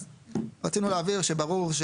אז רצינו להבהיר שברור,